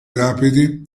rapidi